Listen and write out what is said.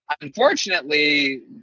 unfortunately